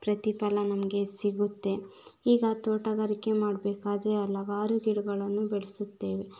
ಪ್ರತಿಫಲ ನಮಗೆ ಸಿಗುತ್ತೆ ಈಗ ತೋಟಗಾರಿಕೆ ಮಾಡಬೇಕಾದ್ರೆ ಹಲವಾರು ಗಿಡಗಳನ್ನು ಬೆಳೆಸುತ್ತೇವೆ